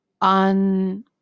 on